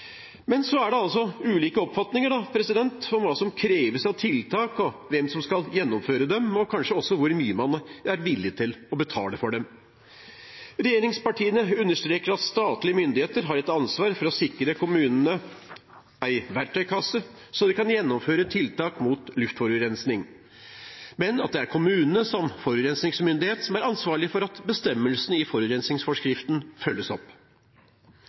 Men det er ulike oppfatninger om hva som kreves av tiltak, hvem som skal gjennomføre dem, og kanskje også hvor mye man er villig til å betale for dem. Regjeringspartiene understreker at statlige myndigheter har et ansvar for å sikre kommunene en verktøykasse så de kan gjennomføre tiltak mot luftforurensning, men at det er kommunene som forurensningsmyndighet som er ansvarlige for at bestemmelsene i forurensningsforskriften følges opp.